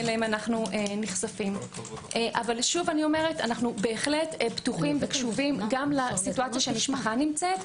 אבל אנו בהחלט פתוחים גם למצב שהמשפחה נמצאת.